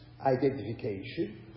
identification